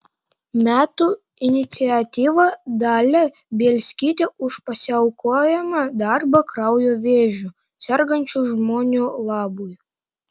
metų iniciatyva dalia bielskytė už pasiaukojamą darbą kraujo vėžiu sergančių žmonių labui